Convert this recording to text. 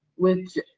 which